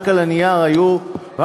רק על הנייר התגרשו.